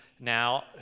now